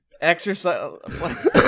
Exercise